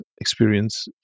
experience